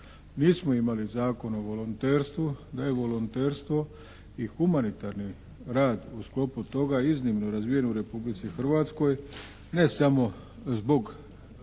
nismo imali Zakon o volonterstvu. Da je volonterstvo i humanitarni rad u sklopu toga iznimno razvijen u Republici Hrvatskoj, ne samo zbog